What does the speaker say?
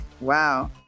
Wow